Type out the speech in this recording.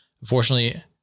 Unfortunately